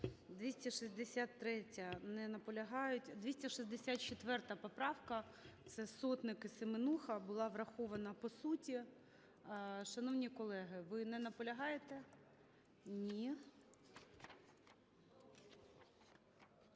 264 поправка – це Сотник і Семенуха, була врахована по суті. Шановні колеги, ви не наполягаєте? Ні.